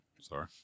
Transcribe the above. Sorry